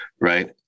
right